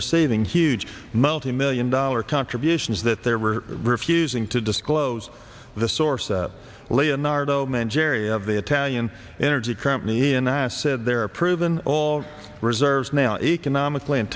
receiving huge multimillion dollar contributions that they were refusing to disclose the source leonardo menge area of the italian energy company and that said there are proven all reserves now economically